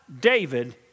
David